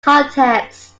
context